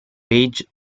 page